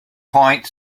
point